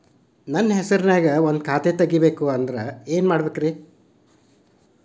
ನನ್ನ ಹೆಸರನ್ಯಾಗ ಒಂದು ಖಾತೆ ತೆಗಿಬೇಕ ಅಂದ್ರ ಏನ್ ಮಾಡಬೇಕ್ರಿ?